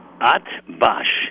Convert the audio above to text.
At-bash